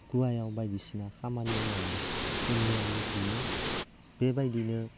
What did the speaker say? गवायाव बायदिसिना खामानि मावनो जोंनियाबो बेनो बेबायदिनो